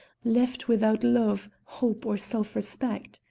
left without love, hope, or self-respect?